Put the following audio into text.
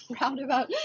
roundabout